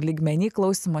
lygmeny klausymosi